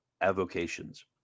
avocations